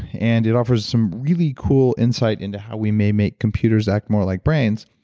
and it offers some really cool insight into how we may make computers act more like brains.